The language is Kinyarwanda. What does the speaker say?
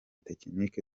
tekinike